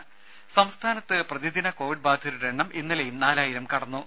രുമ സംസ്ഥാനത്ത് പ്രതിദിന കോവിഡ് ബാധിതരുടെ എണ്ണം ഇന്നലെയും നാലായിരം കടന്നു